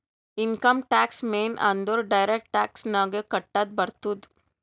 income tax ಮೇನ್ ಅಂದುರ್ direct tax ನಾಗೆ ಕಟ್ಟದ್ ಬರ್ತುದ್